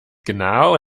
genau